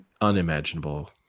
unimaginable